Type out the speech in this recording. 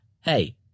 hey